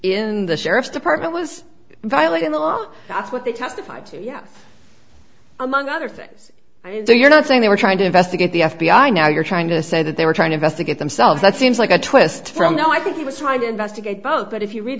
in the sheriff's department was violating the law and that's what they testified to yes among other things i know you're not saying they were trying to investigate the f b i now you're trying to say that they were trying to investigate themselves that seems like a twist from no i think he was trying to investigate both but if you read